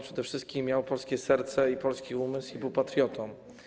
Przede wszystkim miał polskie serce i polski umysł i był patriotą.